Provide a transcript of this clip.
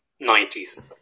90s